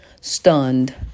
Stunned